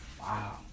Wow